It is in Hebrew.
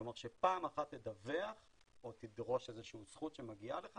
כלומר שפעם אחת תדווח או תדרוש איזה שהיא זכות שמגיעה לך